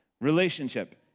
Relationship